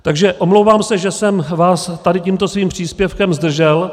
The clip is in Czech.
Takže se omlouvám, že jsem vás tímto svým příspěvkem zdržel.